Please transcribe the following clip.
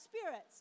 spirits